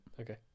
Okay